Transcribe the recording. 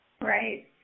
Right